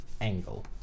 Angle